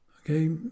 okay